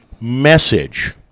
message